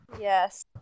Yes